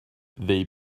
they